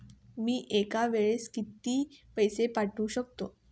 मी एका वेळेस किती पैसे पाठवू शकतो?